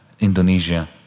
Indonesia